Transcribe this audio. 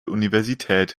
universität